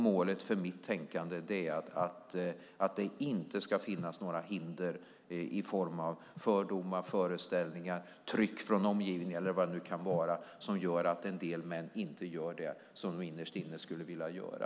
Målet för mitt tänkande är att det inte ska finnas några hinder i form av fördomar, föreställningar, tryck från omgivning eller vad det nu kan vara som gör att en del män inte gör det som de innerst inne skulle vilja göra.